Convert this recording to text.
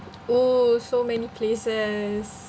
oo so many places